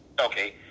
okay